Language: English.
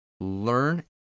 Learn